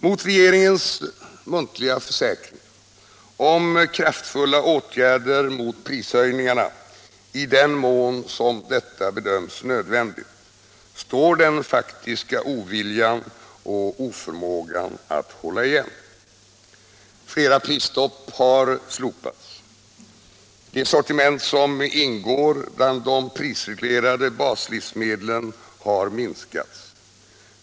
Mot regeringens muntliga försäkringar om kraftfulla åtgärder mot prishöjningarna ”i den mån detta bedöms nödvändigt” står den faktiska oviljan och oförmågan att hålla igen. Flera prisstopp har slopats. Det sortiment som ingår bland de prisreglerade baslivsmedlen har minskats.